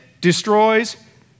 destroys